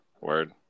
Word